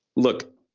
look,